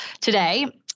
today